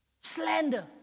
Slander